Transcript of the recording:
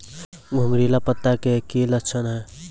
घुंगरीला पत्ता के की लक्छण छै?